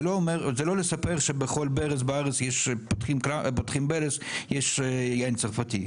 זה לא לספר שבכל ברז בארץ פותחים ויש יין צרפתי.